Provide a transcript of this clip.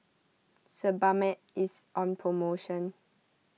Sebamed is on promotion